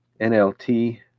NLT